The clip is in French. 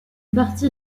partie